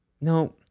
No